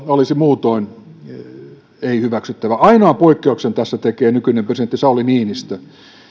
olisi muutoin ei hyväksyttävä ainoan poikkeuksen tässä tekee nykyinen presidentti sauli niinistö